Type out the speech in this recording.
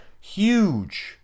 huge